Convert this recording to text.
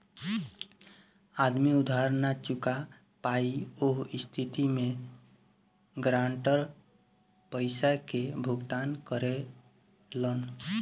आदमी उधार ना चूका पायी ओह स्थिति में गारंटर पइसा के भुगतान करेलन